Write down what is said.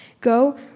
Go